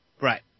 Right